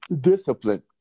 discipline